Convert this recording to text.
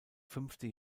fünfte